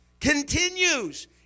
continues